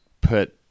put